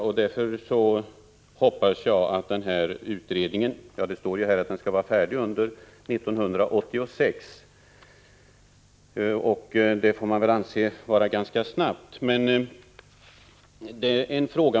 Det står i svaret att utredningen skall vara färdig under 1986, vilket man väl får anse vara en ganska snabb handläggning.